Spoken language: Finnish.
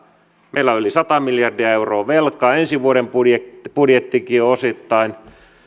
meillä on yli sata miljardia euroa velkaa ensi vuoden budjettikin on osittain